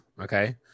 Okay